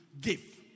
give